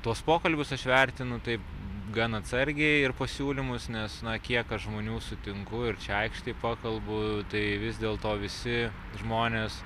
tuos pokalbius aš vertinu taip gan atsargiai ir pasiūlymus nes na kiek žmonių sutinku ir čia aikštėj pakalbu tai vis dėlto visi žmonės